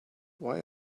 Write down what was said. why